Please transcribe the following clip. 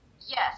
Yes